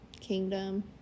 Kingdom